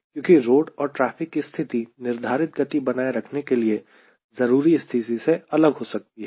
क्योंकि रोड और ट्रैफिक की स्थिति निर्धारित गति बनाए रखने के लिए जरूरी स्थिति से अलग हो सकती है